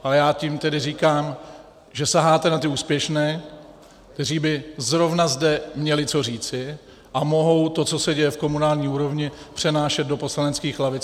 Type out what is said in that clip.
Ale já tím tedy říkám, že saháte na ty úspěšné, kteří by zrovna zde měli co říci a mohou to, co se děje v komunální úrovni, přenášet do poslaneckých lavic.